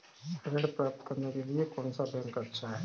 ऋण प्राप्त करने के लिए कौन सा बैंक अच्छा है?